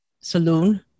Saloon